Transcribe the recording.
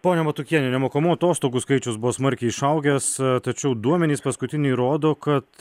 ponia matukiene nemokamų atostogų skaičius buvo smarkiai išaugęs tačiau duomenys paskutiniai rodo kad